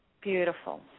Beautiful